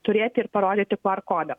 turėti ir parodyti qr kodą